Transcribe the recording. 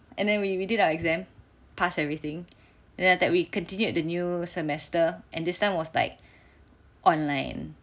and then we we did our exam pass everything then after that we continued the new semester and this time was like online